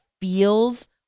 feels